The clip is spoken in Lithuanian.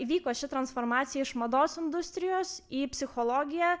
įvyko ši transformacija iš mados industrijos į psichologiją